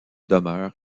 demeure